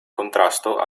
contrasto